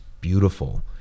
beautiful